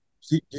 See